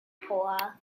paw